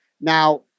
Now